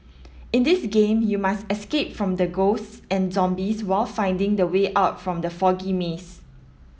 in this game you must escape from the ghosts and zombies while finding the way out from the foggy maze